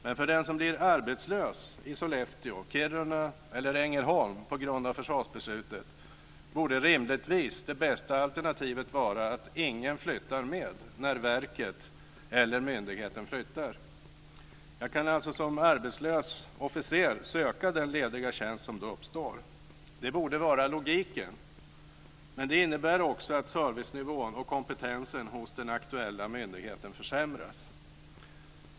Men för den som blir arbetslös i Sollefteå, Kiruna eller Ängelholm på grund av försvarsbeslutet borde rimligtvis det bästa alternativet vara att ingen flyttar med när verket eller myndigheten flyttar. Jag kan alltså som arbetslös officer söka den lediga tjänst som då uppstår. Det borde vara logiken, men det innebär också att servicenivån och kompetensen hos den aktuella myndigheten försämras.